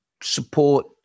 support